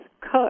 cook